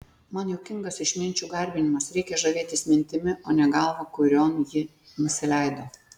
man juokingas išminčių garbinimas reikia žavėtis mintimi o ne galva kurion ji nusileido